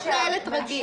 הוועדה מתנהלת רגיל.